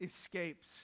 escapes